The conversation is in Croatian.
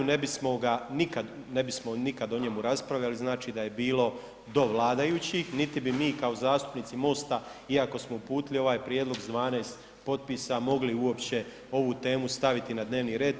Ne bismo ga, ne bismo nikada o njemu raspravljali znači da je bilo do vladajućih, niti bi mi kao zastupnici Mosta iako smo uputili ovaj prijedlog sa 12 potpisa mogli uopće ovu temu staviti na dnevni red.